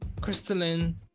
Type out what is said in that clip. crystalline